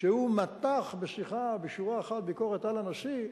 כשהוא מתח בשיחה, בשורה אחת, ביקורת על הנשיא,